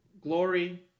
Glory